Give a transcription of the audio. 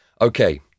Okay